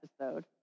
episode